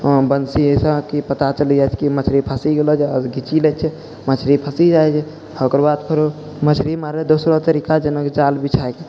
हऽ बन्सीसँ पता चलि जाइ छै कि मछली फँसि गेलै जे खीँचि लै छै मछली फँसि जाइ छै ओकर बाद फेरो मछली मारैके दोसरो तरीका जानऽ के जाल बिछाके